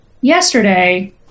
yesterday